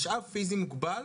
משאב פיזי מוגבל,